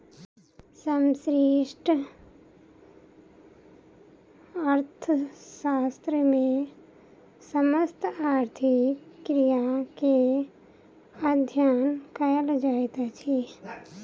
समष्टि अर्थशास्त्र मे समस्त आर्थिक क्रिया के अध्ययन कयल जाइत अछि